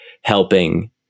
helping